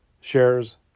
shares